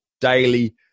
daily